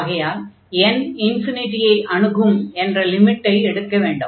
ஆகையால் n ஐ அணுகும் என்ற லிமிட்டை எடுக்க வேண்டும்